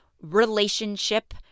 relationship